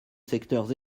secteurs